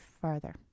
further